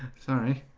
sorry,